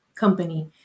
Company